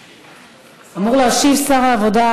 אמור להשיב שר העבודה,